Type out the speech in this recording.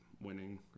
Winning